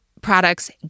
products